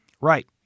Right